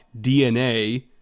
DNA